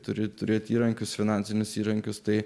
turi turėti įrankius finansinius įrankius tai